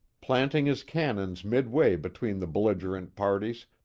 planting his cannons midway between the belligerent parties,